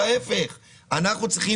אנחנו צריכים